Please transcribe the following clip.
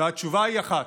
והתשובה היא אחת: